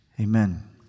Amen